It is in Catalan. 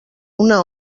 una